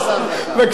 בבקשה.